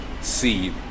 see